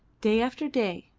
day after day,